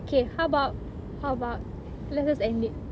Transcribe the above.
okay how about how about let us end it